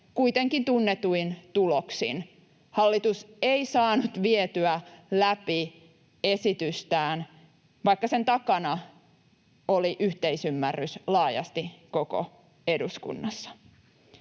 kuitenkin tunnetuin tuloksin: hallitus ei saanut vietyä läpi esitystään, vaikka sen takana oli yhteisymmärrys laajasti koko eduskunnassa.